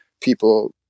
people